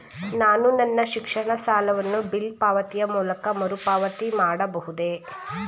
ನಾನು ನನ್ನ ಶಿಕ್ಷಣ ಸಾಲವನ್ನು ಬಿಲ್ ಪಾವತಿಯ ಮೂಲಕ ಮರುಪಾವತಿ ಮಾಡಬಹುದೇ?